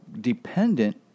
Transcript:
dependent